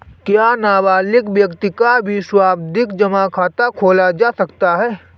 क्या नाबालिग व्यक्ति का भी सावधि जमा खाता खोला जा सकता है?